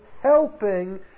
helping